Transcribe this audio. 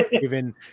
given